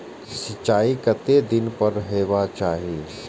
सिंचाई कतेक दिन पर हेबाक चाही?